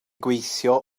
gweithio